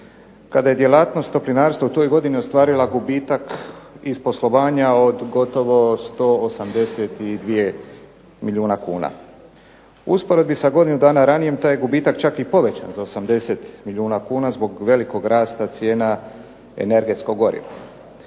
kada je djelatnost toplinarstva u toj godini ostvarila gubitak iz poslovanja od gotovo 182 milijuna kuna. U usporedbi sa godinu dana ranije taj je gubitak čak i povećan za 80 milijuna kuna zbog velikog rasta cijena energetskog goriva.